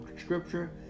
scripture